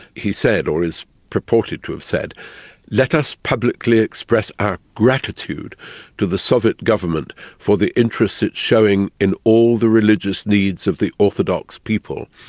he said, said, or is purported to have said let us publicly express our gratitude to the soviet government for the interest it's showing in all the religious needs of the orthodox people.